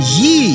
ye